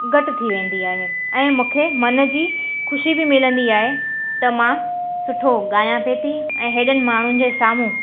घटि थी वेंदी आहे ऐं मूंखे मन जी ख़ुशी बि मिलंदी आहे त मां सुठो ॻायां पई थी ऐं हेॾनि माण्हुनि जे साम्हूं